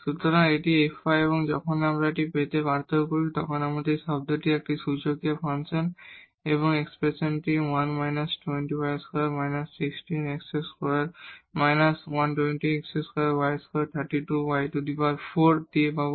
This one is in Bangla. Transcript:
সুতরাং এটি fy এবং যখন আমরা এই টি পেতে এই পার্থক্য করি তখন আমরা এই টার্মটি এখন সূচকীয় ফাংশন এবং এই এক্সপ্রেশনটি 1−20 y2−16 x2−128 x2y2 32 y4 দিয়ে পাব